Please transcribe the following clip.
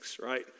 right